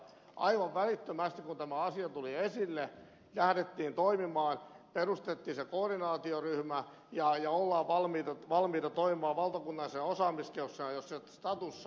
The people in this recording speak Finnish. aivan välittömästi kun tämä asia tuli esille lähdettiin toimimaan perustettiin se koordinaatioryhmä ja ollaan valmiita toimimaan valtakunnallisena osaamiskeskuksena jos se status saadaan